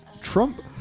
Trump